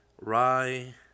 rye